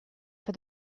for